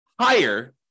higher